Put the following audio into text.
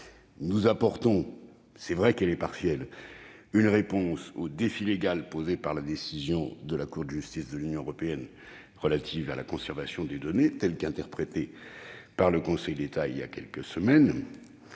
même s'il est vrai qu'elle est partielle -au défi légal posé par la décision de la Cour de justice de l'Union européenne relative à la conservation des données, telle que l'a interprétée le Conseil d'État il y a quelques semaines.